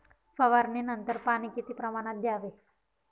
फवारणीनंतर पाणी किती प्रमाणात द्यावे?